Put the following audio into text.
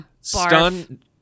stun